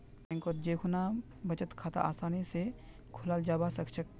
बैंकत जै खुना बचत खाता आसानी स खोलाल जाबा सखछेक